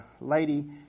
lady